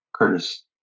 Curtis